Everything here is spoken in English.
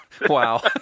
Wow